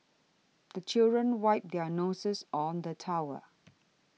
the children wipe their noses on the towel